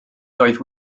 doedd